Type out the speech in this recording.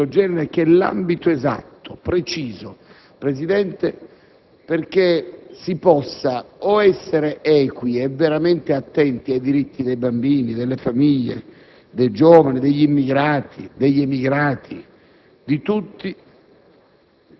la facesse da padrone in una Commissione di questo genere, che è l'ambito esatto e preciso, Presidente, dove si possa o essere equi e veramente attenti ai diritti dei bambini, delle famiglie,